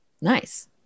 Nice